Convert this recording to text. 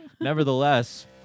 Nevertheless